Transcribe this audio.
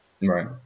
right